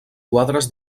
quadres